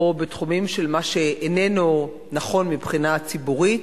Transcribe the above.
או בתחומים של מה שאיננו נכון מבחינה ציבורית,